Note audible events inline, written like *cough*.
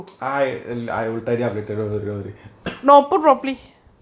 *noise* I will I will tidy up don't worry don't worry *coughs*